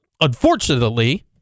unfortunately